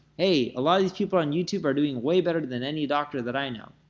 a lot of these people on youtube are doing way better than any doctor that i know.